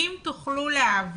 אם תוכלו להעביר